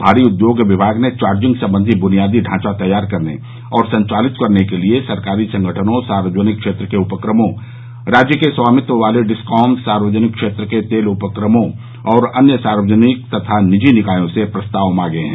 भारी उद्योग विभाग ने चार्जिंग संबंधी बुनियादी ढांचा तैयार करने और संचालित करने के लिए सरकारी संगठनों सार्वजनिक क्षेत्र के उपक्रमों राज्य के स्वामित्व वाले डिस्कॉम सार्वजनिक क्षेत्र के तेल उपक्रमों और अन्य सार्वजनिक तथा निजी निकायों से प्रस्ताव मांगे हैं